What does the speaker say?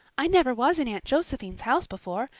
i never was in aunt josephine's house before,